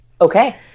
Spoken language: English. Okay